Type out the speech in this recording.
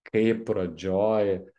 kaip pradžioj